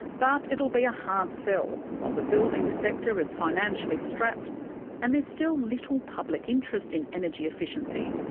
but it'll be a hard sell. while the building sector is financially strapped and there's still little public interest in energy efficiency.